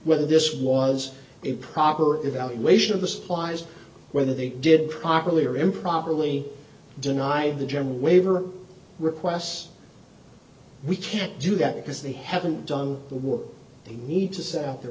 whether this was a proper evaluation of the supplies whether they did properly or improperly denied the german waiver requests we can't do that because they haven't done the work they need to s